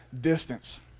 distance